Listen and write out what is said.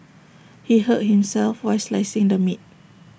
he hurt himself while slicing the meat